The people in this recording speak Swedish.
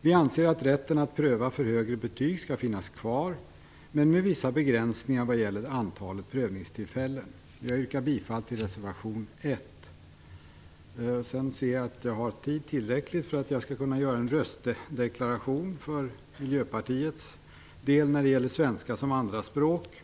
Vi anser att rätten att pröva för högre betyg skall finnas kvar men med vissa begränsningar vad gäller antalet prövningstillfällen. Jag yrkar bifall till reservation 1. Jag ser att jag har tillräckligt med taletid för att jag skall kunna göra en röstdeklaration för Miljöpartiets del när det gäller svenska som andraspråk.